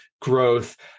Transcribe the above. growth